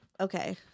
Okay